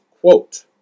quote